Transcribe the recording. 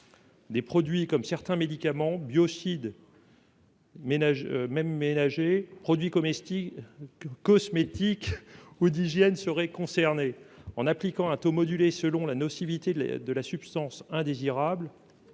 Des produits comme certains médicaments biocides. Ménage même ménagers produits comestibles cosmétiques ou d'hygiène seraient concernées en appliquant un taux modulée selon la nocivité de la de la substance indésirable